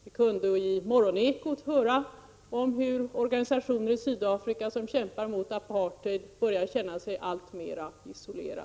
Vi kunde i radions morgoneko höra om hur organisationer i Sydafrika som kämpar mot apartheid börjar känna sig alltmer isolerade.